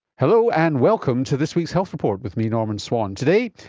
hello, and welcome to this week's health report with me, norman swan. today,